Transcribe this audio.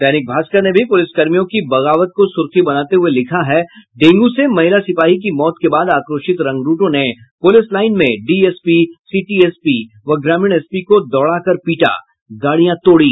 दैनिक भास्कर ने भी पुलिसकर्मियों की बगावत को सुर्खी बनाते हुये लिखा है डेंगू से महिला सिपाही की मौत के बाद आक्रोशित रंगरूटों ने पुलिस लाइन में डीएसपी सिटी एसपी व ग्रामीण एसपी को दौड़कर पीटा गाड़ियां तोड़ी